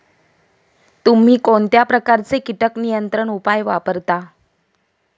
तुम्ही कोणत्या प्रकारचे कीटक नियंत्रण उपाय वापरता?